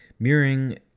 Mirroring